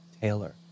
Taylor